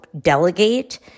delegate